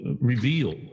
revealed